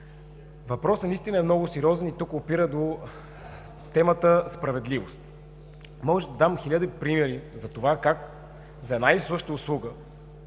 Въпросът наистина е много сериозен и опира до темата справедливост. Мога да дам хиляди примери за това как за една и съща услуга,